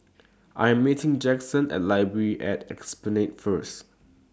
I Am meeting Jackson At Library At Esplanade First